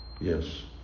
Yes